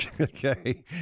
Okay